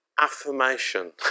affirmation